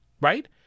Right